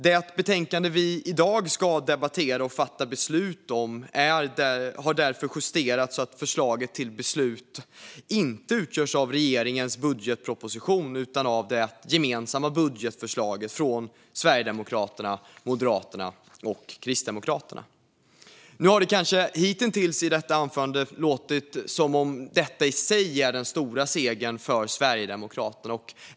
Det betänkande vi i dag ska debattera och fatta beslut om har därför justerats så att förslaget till beslut inte utgörs av regeringens budgetproposition utan av det gemensamma budgetförslaget från Sverigedemokraterna, Moderaterna och Kristdemokraterna. Nu har det kanske hittills i detta anförande låtit som om detta i sig är den stora segern för Sverigedemokraterna.